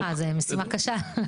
סליחה, זו משימה קשה.